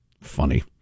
funny